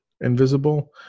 invisible